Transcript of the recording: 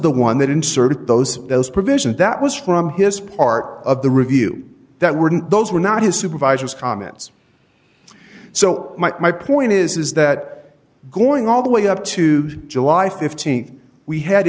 the one that inserted those those provisions that was from his part of the review that were those were not his supervisors comments so my point is is that going all the way up to july th we had